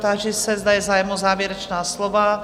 Táži se, zda je zájem o závěrečná slova?